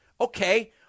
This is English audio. Okay